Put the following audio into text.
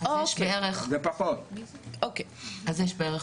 אני מדברת על 8,000 משפחות,